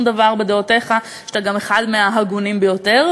דבר בדעותיך שאתה גם אחד מההגונים ביותר,